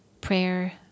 prayer